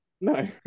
No